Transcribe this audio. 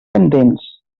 pendents